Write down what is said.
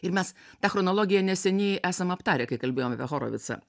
ir mes tą chronologiją neseniai esam aptarę kai kalbėjom apie horovicą